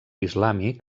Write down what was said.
islàmic